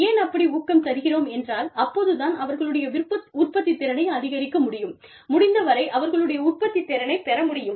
ஏன் அப்படி ஊக்கம் தருகிறோம் என்றால் அப்போது தான் அவர்களுடைய உற்பத்தித் திறனை அதிகரிக்க முடியும் முடிந்தவரை அவர்களுடைய உற்பத்தித்திறனை பெற முடியும்